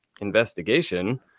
investigation